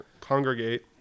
congregate